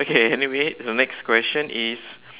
okay anyway the next question is